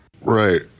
Right